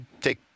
take